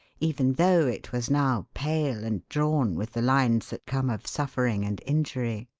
even though it was now pale and drawn with the lines that come of suffering and injury.